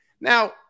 Now